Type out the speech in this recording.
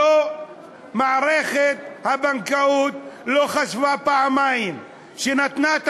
מערכת הבנקאות לא חשבה פעמיים כשנתנה את